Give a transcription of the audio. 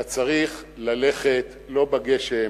אתה צריך ללכת לא בגשם,